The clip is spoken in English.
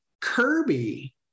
Kirby